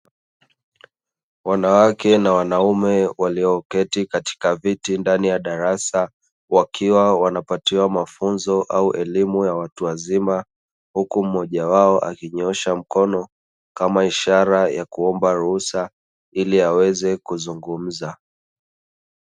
Wanawake na wanaume walioketi katika viti ndani ya darasa wakiwa wanapatiwa mafunzo au elimu ya watu wazima, huku mmoja wao akinyoosha mkono kama ishara ya kuomba ruhusa ili aweze kuzungumza.